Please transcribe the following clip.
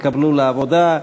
יתקבלו לעבודה.